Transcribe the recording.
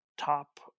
Top